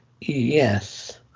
Yes